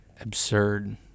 absurd